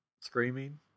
screaming